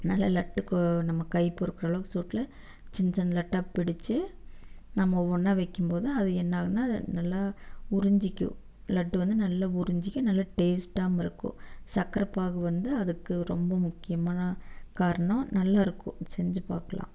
நல்லா லட்டுக்கு நம்ம கைப்பொறுக்கிற அளவுக்கு சூட்டில் சின்ன சின்ன லட்டாக பிடித்து நம்ம ஒன்றா வைக்கும் போது அது என்னாகும்னால் அது நல்லா உறிஞ்சிக்கும் லட்டு வந்து நல்ல உறிஞ்சிக்கும் நல்ல டேஸ்ட்டாகவும் இருக்கும் சக்கரைப்பாகு வந்து அதுக்கு ரொம்ப முக்கியமான காரணம் நல்லாயிருக்கும் செஞ்சு பார்க்கலாம்